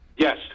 Yes